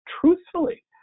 truthfully